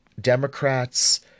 Democrats